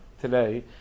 today